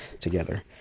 together